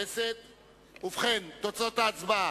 ובכן, תוצאות ההצבעה: